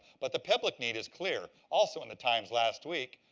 but the public need is clear. also in the times last week,